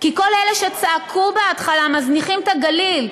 כי כל אלה שצעקו בהתחלה: מזניחים את הגליל,